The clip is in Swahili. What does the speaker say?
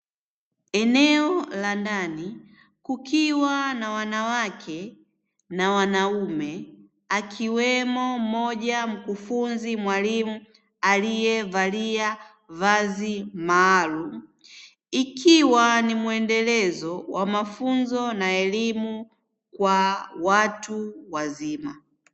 Eneo la ndani kukiwa na wanawake na wanaume akiwemo mmoja mkufunzi mwalimu aliyevalia vazi maalumu, ikiwa ni mwendelezo wa mafunzo na elimu kwa watu wazima.